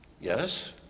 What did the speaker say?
Yes